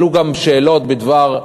עלו גם שאלות בדבר,